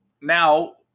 now